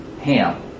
Ham